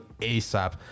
asap